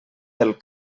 del